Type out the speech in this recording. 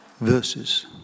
verses